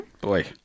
boy